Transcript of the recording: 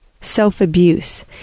self-abuse